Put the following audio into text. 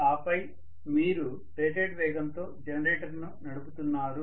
ఆపై మీరు రేటెడ్ వేగంతో జనరేటర్ను నడుపుతున్నారు